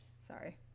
sorry